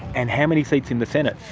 and how many seats in the senate?